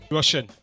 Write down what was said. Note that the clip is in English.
Russian